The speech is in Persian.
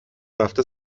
رفته